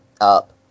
up